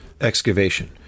excavation